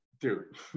dude